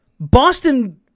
Boston